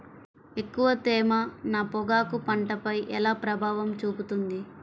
ఎక్కువ తేమ నా పొగాకు పంటపై ఎలా ప్రభావం చూపుతుంది?